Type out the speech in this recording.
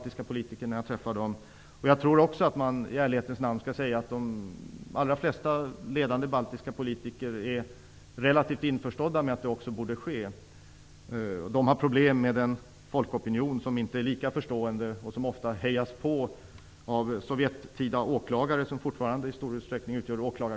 I ärlighetens namn skall man nog säga att de allra flesta ledande baltiska politiker är relativt införstådda med detta. De har problem med en folkopinion som inte är lika förstående och som ofta hejas på av åklagare från den gamla sovjettiden, som åklagarkåren fortfarande till stor del utgörs av.